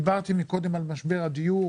דיברתי מקודם על משבר הדיור,